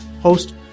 host